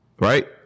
right